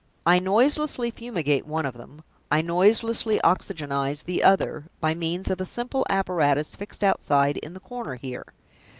i noiselessly fumigate one of them i noiselessly oxygenize the other, by means of a simple apparatus fixed outside in the corner here.